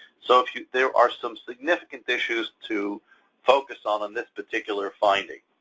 so if there are some significant issues to focus on this particular finding.